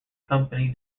company